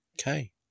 okay